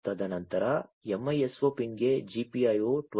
ತದನಂತರ MISO ಪಿನ್ಗೆ GPIO 12